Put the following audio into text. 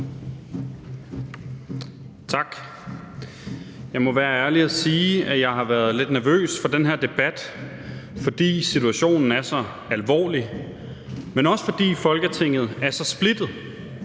Tak. Jeg må være ærlig og sige, at jeg har været lidt nervøs for den her debat, fordi situationen er så alvorlig, men også fordi Folketinget er så splittet,